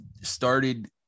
started